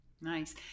Nice